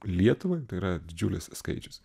lietuvai tai yra didžiulis skaičius